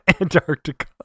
Antarctica